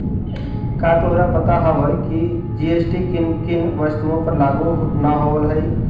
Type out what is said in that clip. का तोहरा पता हवअ की जी.एस.टी किन किन वस्तुओं पर लागू न होवअ हई